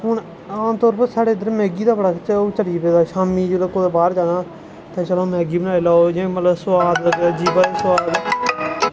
हून अस तौर पर साढ़ै इद्धर मैह्गी दा बड़ा ओह् चली पेदा शाम्मी जिसलै कुतै बाह्र जाना ते चलो मैह्गी बनाई लैओ इ'यां मतलब सोआद